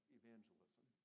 evangelism